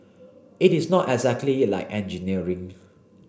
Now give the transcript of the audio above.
it is not exactly like engineering